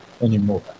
anymore